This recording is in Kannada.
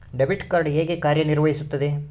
ಡೆಬಿಟ್ ಕಾರ್ಡ್ ಹೇಗೆ ಕಾರ್ಯನಿರ್ವಹಿಸುತ್ತದೆ?